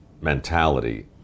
mentality